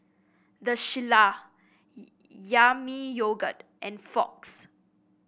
The Shilla Yami Yogurt and Fox